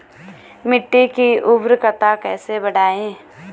मिट्टी की उर्वरकता कैसे बढ़ायें?